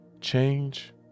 change